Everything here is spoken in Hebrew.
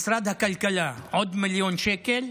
משרד הכלכלה עוד מיליון שקל,